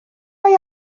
mae